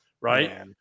right